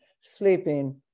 sleeping